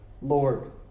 Lord